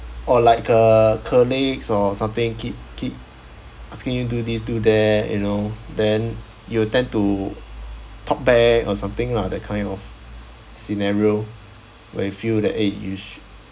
or like uh colleagues or something keep keep asking you do this do that you know then you will tend to talk back or something lah that kind of scenario where you feel that eh you should